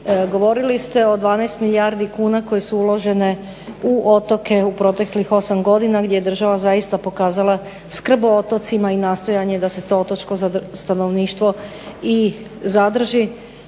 Govorili ste o 12 milijardi kuna koje su uložene u otoke u proteklih 8 godina gdje je država zaista pokazala skrb o otocima i nastojanje da se to otočko stanovništvo i zadrži.